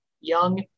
Young